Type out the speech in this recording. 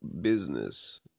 business